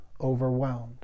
overwhelmed